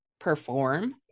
Perform